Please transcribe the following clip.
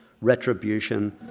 retribution